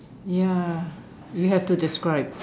ya you have to describe